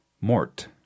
Mort